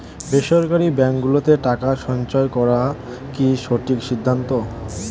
বেসরকারী ব্যাঙ্ক গুলোতে টাকা সঞ্চয় করা কি সঠিক সিদ্ধান্ত?